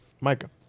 Micah